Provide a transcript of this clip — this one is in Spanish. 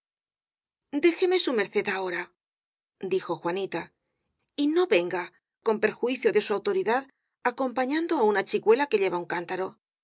déjeme su merced ahora dijo juanita y no venga con perjuicio de su autoridad acompañan do á una chicuela que lleva un cántaro